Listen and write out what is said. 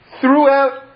throughout